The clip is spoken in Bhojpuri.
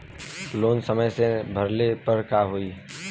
लोन समय से ना भरले पर का होयी?